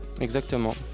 Exactement